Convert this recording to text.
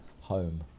home